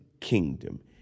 kingdom